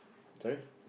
sorry